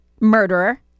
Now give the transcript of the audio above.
Murderer